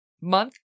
month